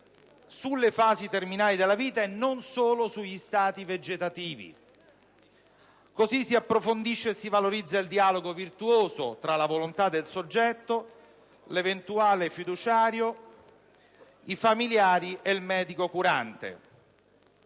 sulle fasi terminali della vita e non solo sugli stati vegetativi: in questo modo si approfondisce e si valorizza il dialogo virtuoso tra la volontà del soggetto, l'eventuale fiduciario, i familiari e il medico curante.